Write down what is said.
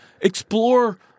explore